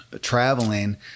traveling